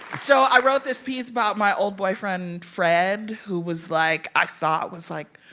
so i wrote this piece about my old boyfriend fred who was, like i thought was, like,